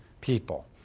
people